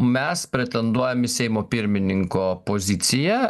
mes pretenduojam į seimo pirmininko poziciją